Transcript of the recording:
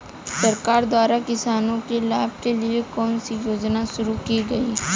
सरकार द्वारा किसानों के लाभ के लिए कौन सी योजनाएँ शुरू की गईं?